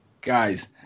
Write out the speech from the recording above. Guys